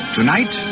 Tonight